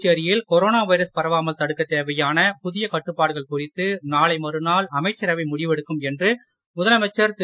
புதுச்சேரியில் corona virus பரவாமல் தடுக்கத் தேவையான புதிய கட்டுப்பாடுகள் குறித்து நாளை மறுநாள் அமைச்சரவை முடிவெடுக்கும் என்று முதலமைச்சர் திரு